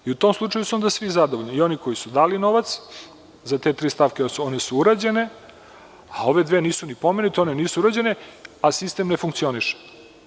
I u tom slučaju su onda svi zadovoljni, i oni koji su dali novac za te tri stavke, one su urađene, a ove dve nisu ni pomenute, one nisu urađene, a sistem ne funkcioniše.